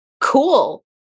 cool